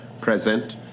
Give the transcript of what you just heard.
Present